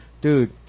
Dude